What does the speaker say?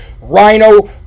rhino